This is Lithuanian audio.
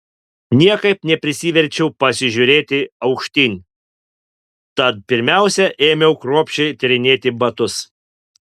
niekaip neprisiverčiau pasižiūrėti aukštyn tad pirmiausia ėmiau kruopščiai tyrinėti batus